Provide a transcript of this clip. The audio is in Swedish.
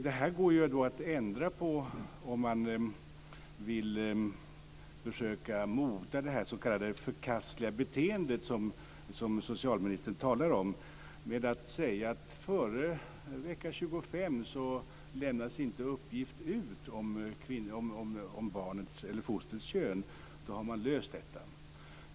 Det här går att ändra på om man vill försöka mota det s.k. förkastliga beteende som socialministern talade om med att säga att före vecka 25 lämnas inte uppgift ut om fostrets kön. Då har man löst detta.